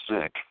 sick